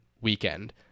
weekend